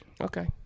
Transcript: Okay